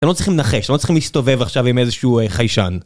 אתם לא צריכים לנחש, אתם לא צריכים להסתובב עכשיו עם איזשהו חיישן.